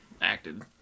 acted